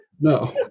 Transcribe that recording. no